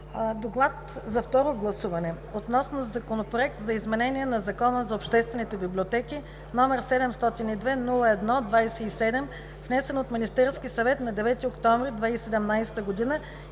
„Доклад за второ гласуване относно Законопроект за изменение на Закона за обществените библиотеки, № 702-01-27, внесен от Министерския съвет на 9 октомври 2017 г. и